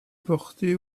portait